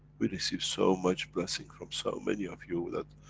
we receive so much blessing from so many of you that,